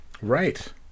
right